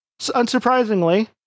unsurprisingly